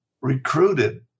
recruited